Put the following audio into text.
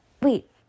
wait